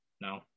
No